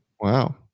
Wow